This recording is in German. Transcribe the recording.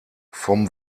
vom